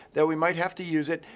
that we might have to use it.